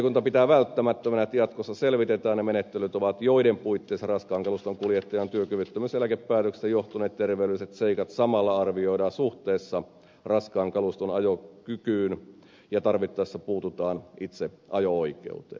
valiokunta pitää välttämättömänä että jatkossa selvitetään ne menettelytavat joiden puitteissa raskaan kaluston kuljettajan työkyvyttömyyseläkepäätökseen johtuneet terveydelliset seikat samalla arvioidaan suhteessa raskaan kaluston ajokykyyn ja tarvittaessa puututaan itse ajo oikeuteen